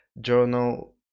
journal